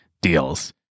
deals